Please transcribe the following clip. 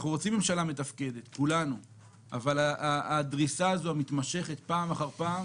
כולנו רוצים ממשלה מתפקדת אבל הדריסה המתמשכת הזאת פעם אחר פעם